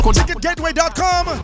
ticketgateway.com